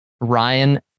Ryan